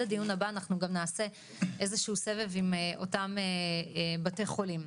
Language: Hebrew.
הדיון הבא אנחנו גם נעשה סבב עם אותם בתי חולים.